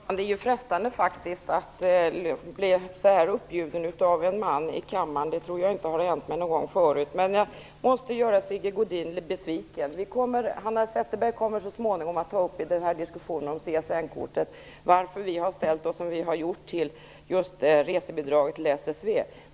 Herr talman! Det är frestande när man på detta sätt blir uppbjuden av en man i kammaren. Det tror jag inte har hänt mig någon gång förut. Men jag måste göra Sigge Godin besviken. Hanna Zetterberg kommer så småningom att ta upp diskussionen om CSN-kortet och kommentera varför vi har ställt oss som vi har gjort till just resebidraget till SSV.